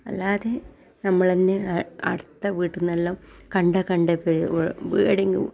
അല്ലാതെ നമ്മളന്നെ അടുത്ത വീട്ടീന്നെല്ലാം കണ്ട കണ്ട എവടെങ്കിലും